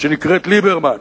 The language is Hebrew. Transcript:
שנקראת ליברמן.